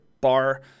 bar